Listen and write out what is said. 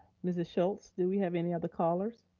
mrs. schulz, do we have any other callers?